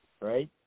right